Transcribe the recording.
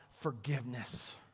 forgiveness